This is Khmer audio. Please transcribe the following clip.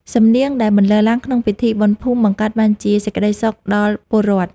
សំនៀងដែលបន្លឺឡើងក្នុងពិធីបុណ្យភូមិ បង្កើតបានជាសេចក្ដីសុខដល់ពលរដ្ឋ។